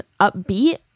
upbeat